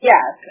Yes